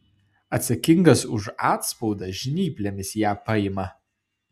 atsakingas už atspaudą žnyplėmis ją paima